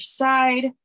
side